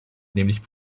nämlich